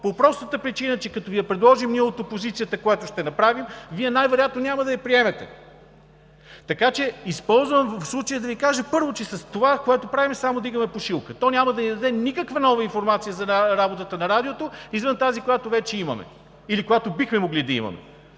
по простата причина че като Ви я предложим ние, от опозицията, което ще направим, Вие най-вероятно няма да я приемете. Използвам случая да Ви кажа, първо, че с това, което правим, само вдигаме пушилка. То няма да ни даде никаква нова информация за работата на Радиото извън тази, която вече имаме, или която бихме могли да имаме.